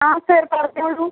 ആ സർ പറഞ്ഞോളു